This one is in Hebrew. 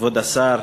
כבוד השר,